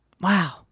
wow